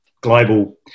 global